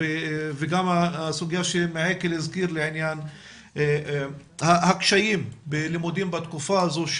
וגם הסוגיה שמעיקל הזכיר לעניין הקשיים בלימודים בתקופה הזו,